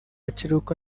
kiruhuko